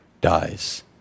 dies